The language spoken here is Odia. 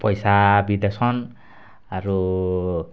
ପଏସା ବି ଦେସନ୍ ଆରୁ